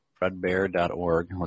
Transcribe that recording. FredBear.org